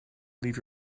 leave